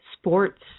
Sports